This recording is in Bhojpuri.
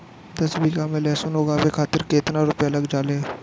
दस बीघा में लहसुन उगावे खातिर केतना रुपया लग जाले?